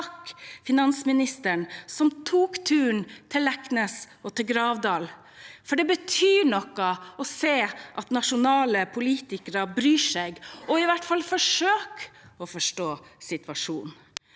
takke finansministeren, som tok turen til Leknes og Gravdal, for det betyr noe å se at nasjonale politikere bryr seg og i hvert fall forsøker å forstå situasjonen.